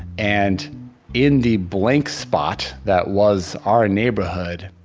and in the blank spot that was our neighborhood,